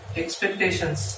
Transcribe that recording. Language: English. expectations